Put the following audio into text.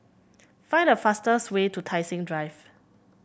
find the fastest way to Tai Seng Drive